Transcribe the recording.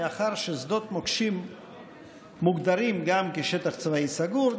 מאחר ששדות מוקשים מוגדרים גם שטח צבאי סגור,